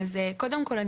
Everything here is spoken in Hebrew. קודם כל,